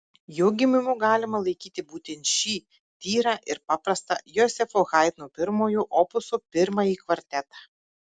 jo gimimu galima laikyti būtent šį tyrą ir paprastą jozefo haidno pirmojo opuso pirmąjį kvartetą